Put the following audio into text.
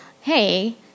Hey